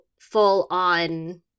full-on